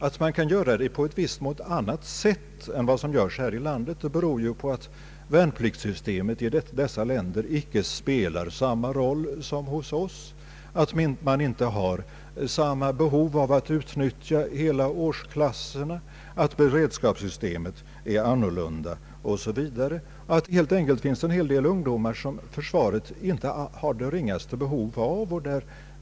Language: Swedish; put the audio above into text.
Att man kan lägga upp denna tjänstgöring på ett i viss mån annorlunda sätt än vi gör här i landet beror på att värnpliktssystemen i dessa andra länder inte spelar samma roll som hos oss, att man inte har samma behov som vi av att utnyttja hela årskullarna, att beredskapssystemen är annorlunda och att det helt enkelt finns en mängd ungdomar som försvaret inte har det ringaste behov av.